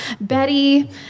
Betty